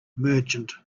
merchant